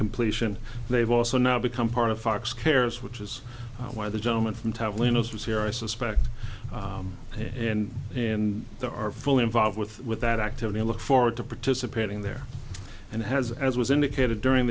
completion they've also now become part of fox cares which is why the gentleman from telling us was here i suspect and and there are fully involved with with that activity i look forward to participating there and has as was indicated during